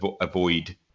avoid